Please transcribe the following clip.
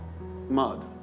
mud